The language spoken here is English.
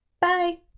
Bye